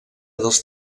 dels